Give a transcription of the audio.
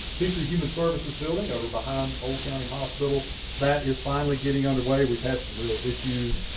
feature human services building over behind old county hospital that is finally getting underway. we've had some real issues.